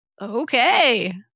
Okay